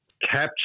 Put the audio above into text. capture